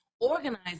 organize